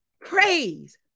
praise